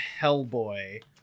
Hellboy